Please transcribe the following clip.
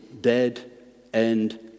dead-end